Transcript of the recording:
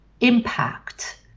impact